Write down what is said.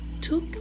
took